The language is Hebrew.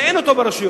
שאין אותו ברשויות.